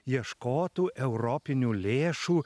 ieškotų europinių lėšų